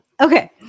Okay